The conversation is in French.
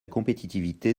compétitivité